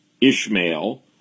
Ishmael